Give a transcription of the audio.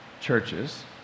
churches